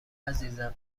عزیزم